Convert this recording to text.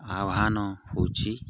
ଆହ୍ୱାନ ହଉଛି